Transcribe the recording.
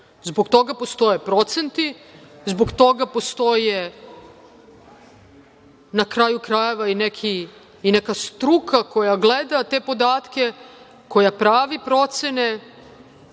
Zbog toga postoje procenti, zbog postoje, na kraju, krajeva i neka struka koja gleda te podatke, koja pravi procene